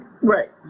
Right